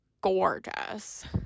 gorgeous